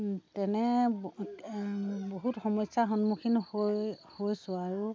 তেনে বহুত সমস্যা সন্মুখীন হৈ হৈছোঁ আৰু